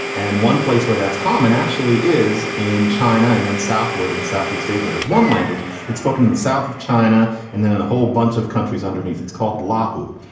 and one place where that's common actually is in china and then southward in southeast asia. there's one language spoken in the south of china and then in a whole bunch of countries underneath, it's called la ahu.